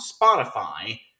Spotify